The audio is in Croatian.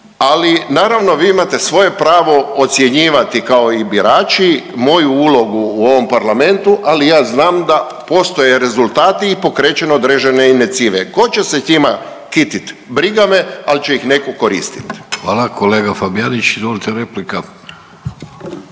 Ali naravno vi imate svoje pravo ocjenjivati kao i birači moju ulogu u ovom parlamentu, ali ja znam da postoje rezultati i pokrećem određene inicijative. Tko će se njima kitit briga me, ali će ih netko koristiti. **Vidović, Davorko